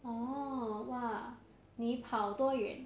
orh !wah! 你跑多远